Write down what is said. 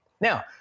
Now